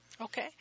Okay